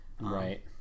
Right